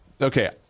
okay